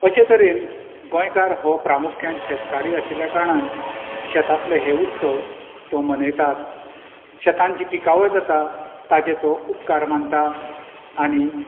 अशें तरेन गोंयकार हो प्रामुख्यान शेतकारी आशिल्ल्या कारणान शेतांतले हे उत्सव तो मनयतात शेतान जी पिकावळ जाता ताचे तो उपकार मानता आनी